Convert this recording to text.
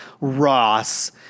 Ross